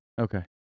Okay